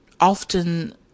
often